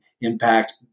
impact